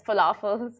falafels